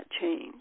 change